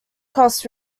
costs